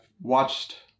watched